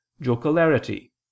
jocularity